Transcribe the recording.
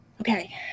Okay